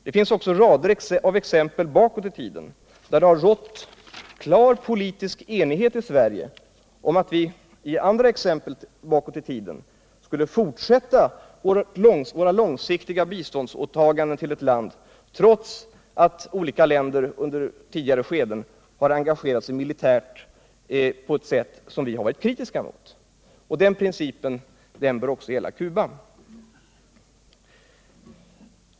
Det finns också rader av exempel bakåt i tiden, där det rått klar politisk enighet här i Sverige om att vi skulle fortsätta våra långsiktiga biståndsåtaganden trots att olika länder under tidigare skeden engagerat sig militärt på ett sätt som vi varit kritiska mot. Och den principen bör gälla också Cuba.